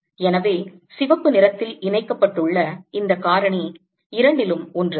எனவே சிவப்பு நிறத்தில் இணைக்கப்பட்டுள்ள இந்த காரணி இரண்டிலும் ஒன்றுதான்